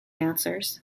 answers